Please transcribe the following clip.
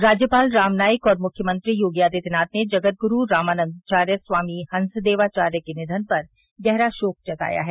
से से राज्यपाल राम नाईक और मुख्यमंत्री योगी आदित्यनाथ ने जगद्गुरू रामानन्दाचार्य स्वामी हंसदेवाचार्य के निधन पर गहरा शोक जताया है